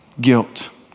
Guilt